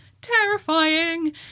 terrifying